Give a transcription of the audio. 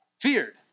feared